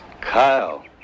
kyle